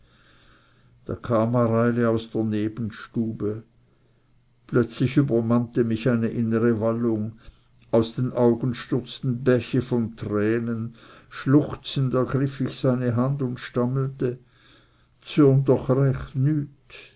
da kam mareili aus der nebenstube plötzlich übermannte mich eine innere wallung aus den augen stürzten bäche von tränen schluchzend ergriff ich seine hand und stammelte zürn doch recht